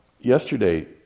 yesterday